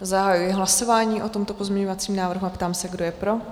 Zahajuji hlasování o tomto pozměňovacím návrhu a ptám se, kdo je pro?